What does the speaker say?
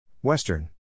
Western